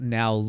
now